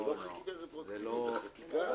זה לא חקיקה רטרואקטיבית.